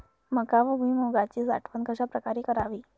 मका व भुईमूगाची साठवण कशाप्रकारे करावी?